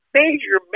major